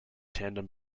tandem